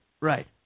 Right